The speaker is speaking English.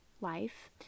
life